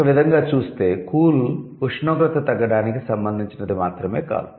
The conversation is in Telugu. ఒక పదంగా చూస్తే 'కూల్' ఉష్ణోగ్రత తగ్గడానికి సంబంధించినది మాత్రమే కాదు